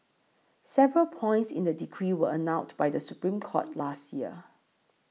several points in the decree were annulled by the Supreme Court last year